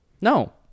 No